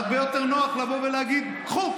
הרבה יותר נוח לבוא ולהגיד: קחו,